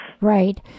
Right